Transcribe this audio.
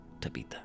Tabitha